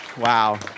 Wow